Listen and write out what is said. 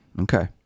Okay